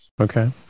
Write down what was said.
okay